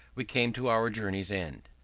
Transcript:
we came to our journey's end.